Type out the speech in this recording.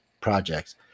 projects